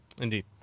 Indeed